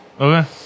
Okay